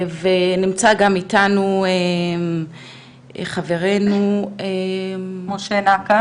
נמצא גם איתנו חברנו, משה נקש.